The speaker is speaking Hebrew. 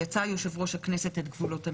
יצא יושב-ראש הכנסת את גבולות המדינה,